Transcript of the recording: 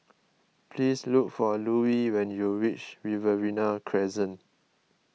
please look for Louie when you reach Riverina Crescent